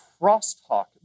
Crosstalk